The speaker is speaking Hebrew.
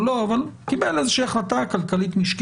אבל הוא קיבל איזושהי החלטה כלכלית-משקית